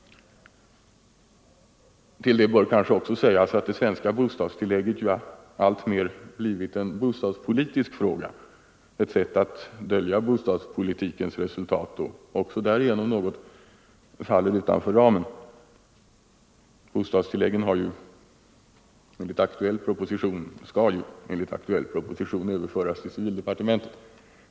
Till det bör kanske också läggas att det svenska bostadstillägget ju också alltmer har blivit en bostadspolitisk fråga, ett sätt att dölja bostadspolitikens resultat, och därigenom något faller utanför ramen. Bostadstilläggen skall ju enligt en aktuell proposition överföras till civildepartementet.